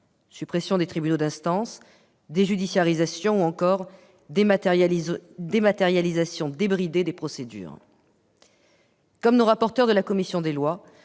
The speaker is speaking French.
suppression de tribunaux d'instance, déjudiciarisation ou encore dématérialisation débridée des procédures. Comme les rapporteurs de la commission des lois,